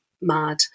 mad